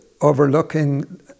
overlooking